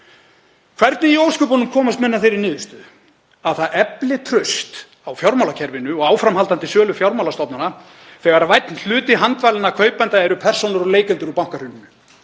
Hvernig í ósköpunum komast menn að þeirri niðurstöðu að það efli traust á fjármálakerfinu og áframhaldandi sölu fjármálastofnana þegar vænn hluti handvalinna kaupenda eru persónur og leikendur úr bankahruninu?